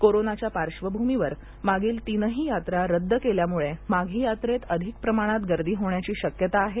कोरोनाच्या पार्श्वभूमीवर मागील तीनही यात्रा रद्द केल्यामुळे माघी यात्रेत अधिक प्रमाणात गर्दी होण्याची शक्यता आहे